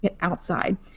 outside